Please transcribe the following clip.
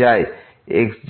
যায় x0 y0 তে